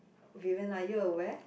Vivian are you aware